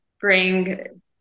bring